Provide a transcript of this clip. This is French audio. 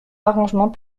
arrangement